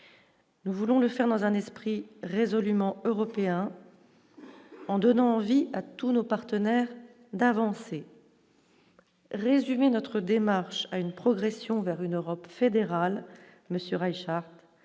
nous voulons le faire dans un esprit résolument européen en donnant envie à tous nos partenaires d'avancer. Résumé : notre démarche à une progression vers une Europe fédérale, monsieur